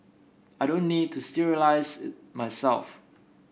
I don't need to sterilise it myself